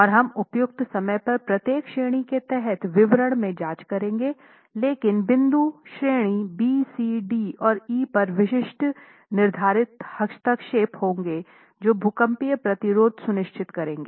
और हम उपयुक्त समय पर प्रत्येक श्रेणी के तहत विवरण में जांच करेंगे लेकिन बिंदु श्रेणी बी सी डी और ई पर विशिष्ट निर्धारित हस्तक्षेप होंगे जो भूकंपीय प्रतिरोध सुनिश्चित करेंगे